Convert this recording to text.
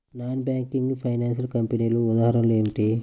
Non banking financial కంపెనీల ఉదాహరణలు ఏమిటి?